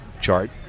chart